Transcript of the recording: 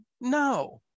no